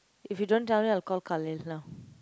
if you don't tell me I'll call !Kalil! now